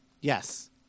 Yes